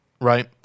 right